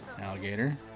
Alligator